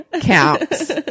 counts